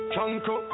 Chanko